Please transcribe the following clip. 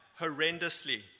horrendously